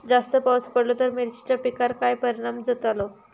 जास्त पाऊस पडलो तर मिरचीच्या पिकार काय परणाम जतालो?